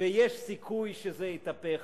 ויש סיכוי שזה יתהפך